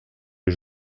les